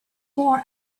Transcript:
for